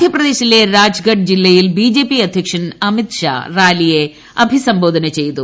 മധ്യപ്രദേശിലെ രാജ്ഗഡ് ജില്ലയിൽ ബിജെപി അധ്യക്ഷൻ അമിത്ഷാ റാലിയെ അഭിസംബോധന ചെയ്തു